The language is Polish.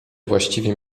właściwie